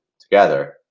together